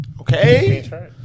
Okay